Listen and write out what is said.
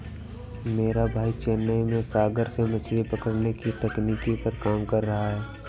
मेरा भाई चेन्नई में सागर से मछली पकड़ने की तकनीक पर काम कर रहा है